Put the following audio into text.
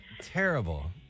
Terrible